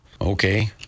Okay